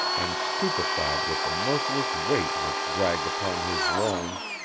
and stupefied with the merciless weight which dragged upon his loins,